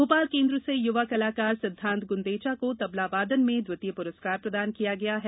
भोपाल केंद्र से यूवा कलाकार सिद्धांत गुंदेचा को तबला वादन में द्वितीय प्रस्कार प्रदान किया गया है